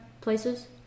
places